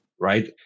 right